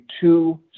two